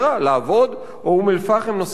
תושב אום-אל-פחם נוסע לעפולה לעבוד,